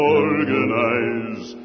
organize